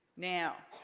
now.